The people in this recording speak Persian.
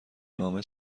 نامه